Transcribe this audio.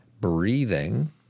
breathing